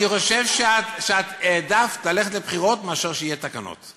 אני חושב שאת העדפת ללכת לבחירות מכך שיהיו תקנות.